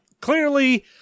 clearly